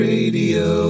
Radio